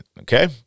Okay